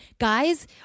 guys